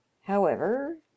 However